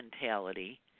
mentality